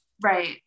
right